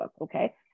okay